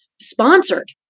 sponsored